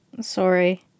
Sorry